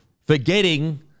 forgetting